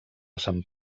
sant